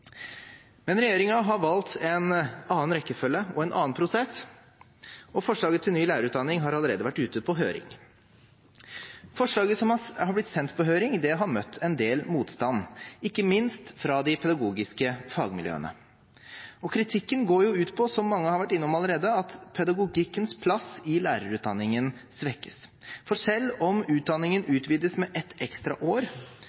Men regjeringen har valgt en annen rekkefølge og en annen prosess, og forslaget til ny lærerutdanning har allerede vært ute på høring. Forslaget som har blitt sendt på høring, har møtt en del motstand, ikke minst fra de pedagogiske fagmiljøene. Kritikken går ut på, som mange har vært innom allerede, at pedagogikkens plass i lærerutdanningen svekkes. Selv om utdanningen utvides med ett ekstra år,